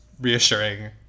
reassuring